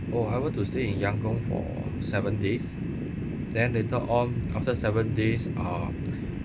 oh I want to stay in yangon for seven days then later on after seven days uh